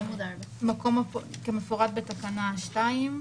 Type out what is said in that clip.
כמפורט בתקנה 2,